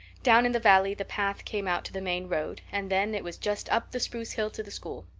down in the valley the path came out to the main road and then it was just up the spruce hill to the school.